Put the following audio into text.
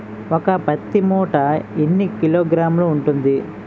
ఒక పత్తి మూట ఎన్ని కిలోగ్రాములు ఉంటుంది?